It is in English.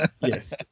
Yes